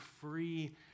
free